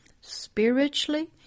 Spiritually